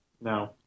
No